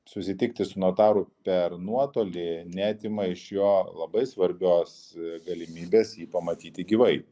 susitikti su notaru per nuotolį neatima iš jo labai svarbios galimybės jį pamatyti gyvai